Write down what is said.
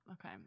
okay